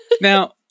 Now